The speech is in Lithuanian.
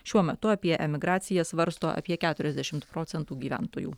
šiuo metu apie emigraciją svarsto apie keturiasdešimt procentų gyventojų